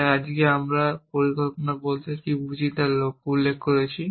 তাই আজকে আমরা আংশিক পরিকল্পনা বলতে কী বুঝি তা উল্লেখ করেছি